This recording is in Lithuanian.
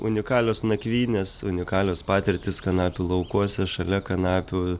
unikalios nakvynės unikalios patirtys kanapių laukuose šalia kanapių